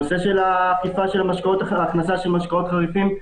הנושא של הכנסה של משקאות חריפים,